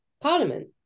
Parliament